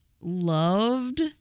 Loved